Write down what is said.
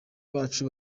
bacu